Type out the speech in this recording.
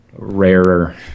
rarer